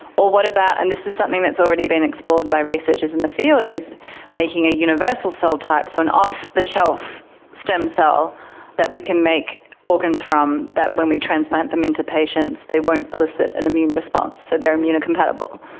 or what about, and this is something that has already been explored by researchers in the field, is making a universal cell type, so an off-the-shelf stem cell that we can make organs from that when we transplant them into patients they won't elicit an immune response, so they are immunocompatible.